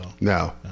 No